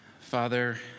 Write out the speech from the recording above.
father